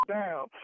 down